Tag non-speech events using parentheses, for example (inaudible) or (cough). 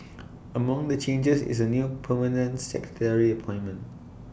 (noise) among the changes is A new permanent secretary appointment